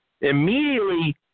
immediately